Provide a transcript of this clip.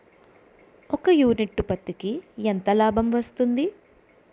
ఒక యూనిట్ పత్తికి ఎంత లాభం వస్తుంది?